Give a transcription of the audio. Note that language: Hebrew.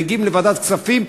מגיעים לוועדת כספים,